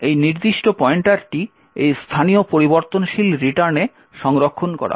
এবং এই নির্দিষ্ট পয়েন্টারটি এই স্থানীয় পরিবর্তনশীল রিটার্নে সংরক্ষণ করা হয়